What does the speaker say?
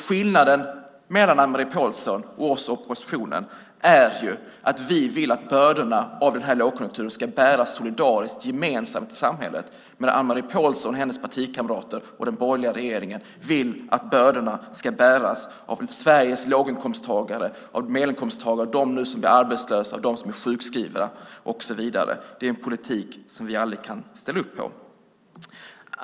Skillnaden mellan Anne-Marie Pålsson och oss i oppositionen är att vi vill att bördorna till följd av den här lågkonjunkturen ska bäras solidariskt, gemensamt, i samhället. Anne-Marie Pålsson, hennes partikamrater och den borgerliga regeringen vill att bördorna ska bäras av Sveriges låg och medelinkomsttagare, av dem som nu blir arbetslösa, av dem som är sjukskrivna och så vidare. Den politiken kan vi aldrig ställa upp på.